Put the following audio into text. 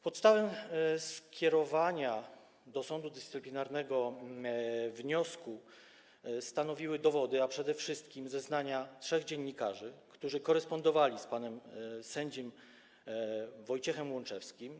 Podstawę skierowania do sądu dyscyplinarnego wniosku stanowiły dowody, a przede wszystkim zeznania trzech dziennikarzy, którzy korespondowali z panem sędzią Wojciechem Łączewskim.